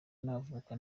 navuka